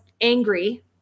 angry